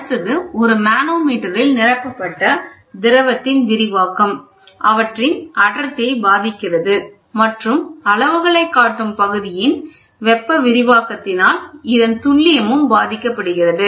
அடுத்தது ஒரு மனோமீட்டரில் நிரப்பப்பட்ட திரவத்தின் விரிவாக்கம் அவற்றின் அடர்த்தியை பாதிக்கிறது மற்றும் அளவுகளை காட்டும் பகுதியின் வெப்ப விரிவாக்கத்தினால் இதன் துல்லியமும் பாதிக்கப்படுகிறது